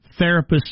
therapists